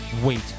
Wait